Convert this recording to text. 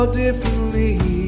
differently